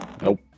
Nope